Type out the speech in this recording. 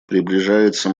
приближается